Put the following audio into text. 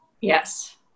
Yes